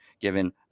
given